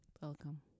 Welcome